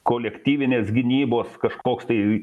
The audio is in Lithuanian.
kolektyvinės gynybos kažkoks tai